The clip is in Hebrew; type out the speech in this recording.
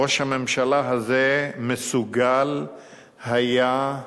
ראש הממשלה הזה מסוגל היה,